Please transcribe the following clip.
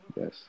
Yes